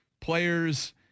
players